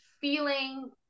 feeling